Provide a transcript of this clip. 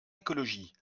écologie